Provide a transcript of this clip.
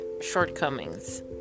shortcomings